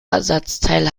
ersatzteil